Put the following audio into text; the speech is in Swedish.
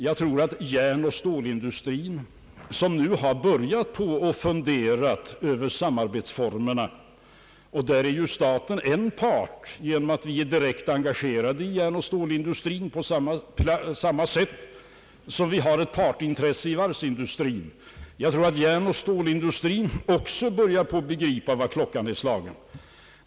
Jag tror att järnoch stålindustrin har börjat fundera över samarbetsformerna, och jag tror att man också där börjat begripa vad klockan är slagen. Där är staten för övrigt en part. Den är ju direkt engagerad i järnoch stålindustrin på samma sätt som den har ett partsintresse i varvsindustrin.